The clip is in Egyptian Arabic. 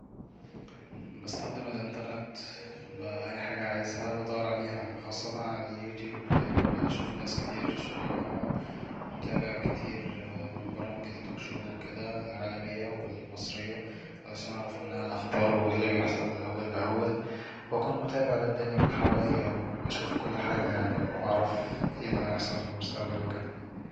بستخدم الانترنت اي حاجة عايزها بدور عليها خاصة على اليوتيوب لاني بشوف ناس كتير شارحاها متابع كتير من برامج التوك شو العالمية والمصرية علشان اعرف منها الاخبار واي اللي بيحصل اول واكون متابع للدنيا من حواليا وأشوف كل حاجة يعني واعرف اي اللي هيحصل في المستقبل وكده